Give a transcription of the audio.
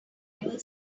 ever